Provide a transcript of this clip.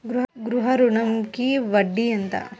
గృహ ఋణంకి వడ్డీ ఎంత?